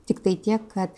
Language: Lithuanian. tiktai tiek kad